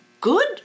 good